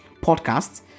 Podcasts